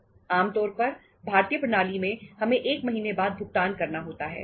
आमतौर पर भारतीय प्रणाली में हमें एक महीने बाद भुगतान करना होता है